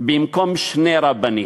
במקום שני רבנים.